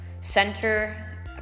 center